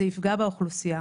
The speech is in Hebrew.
זה יפגע באוכלוסייה,